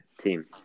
team